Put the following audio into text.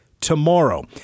tomorrow